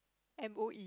M O E